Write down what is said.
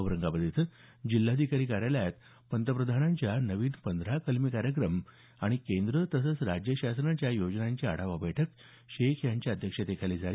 औरंगाबाद इथं जिल्हाधिकारी कार्यालयात पंतप्रधानांच्या नवीन पंधरा कलमी कार्यक्रम आणि केंद्र तसचं राज्य शासनाच्या योजनांची आढावा बैठक शेख यांच्या अध्यक्षतेखाली झाली